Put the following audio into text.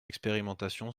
expérimentation